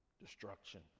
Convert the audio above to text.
destruction